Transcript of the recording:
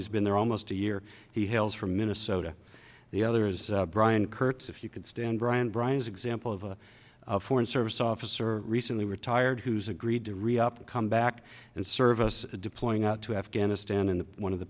he's been there almost a year he hails from minnesota the other is brian kurtz if you could stand brian brian's example of a foreign service officer recently retired who's agreed to reopen come back in service deploying out to afghanistan and one of the